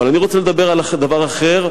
אבל אני רוצה לדבר על דבר אחר,